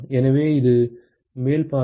எனவே இது மேல் பார்வை